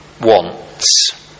wants